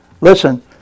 Listen